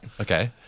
Okay